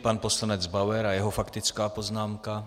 Pan poslanec Bauer a jeho faktická poznámka.